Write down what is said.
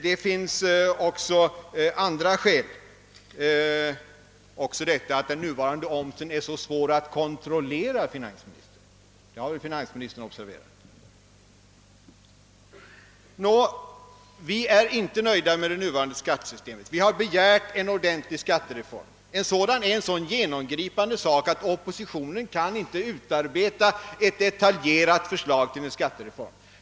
Men det finns också andra skäl, bl.a. det att den nuvarande omsättningsskatten är så svår alt kontrollera — vilket väl finansministern bar observerat. Vi är inte nöjda med det nuvarande skattesystemet. Därför har vi begärt en ordentlig skattereform. Men det är en så genomgripande sak att oppositionen inte kan utarbeta ett detaljerat reformförslag.